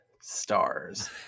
Stars